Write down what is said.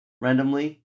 randomly